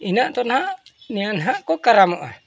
ᱤᱱᱟᱹᱜ ᱫᱚ ᱦᱟᱸᱜ ᱱᱤᱭᱟᱹ ᱱᱟᱦᱟᱸᱜ ᱠᱚ ᱠᱟᱨᱟᱢᱚᱜᱼᱟ